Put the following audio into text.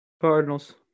Cardinals